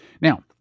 Now